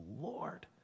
Lord